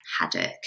haddock